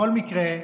בכל מקרה,